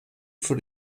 für